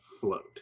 Float